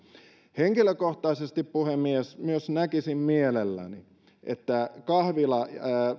henkilökohtaisesti puhemies näkisin mielelläni myös että kahvila